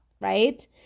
right